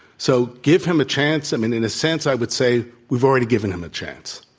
so, give him a chance. i mean, in a sense i would say we've already given him a chance.